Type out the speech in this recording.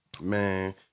man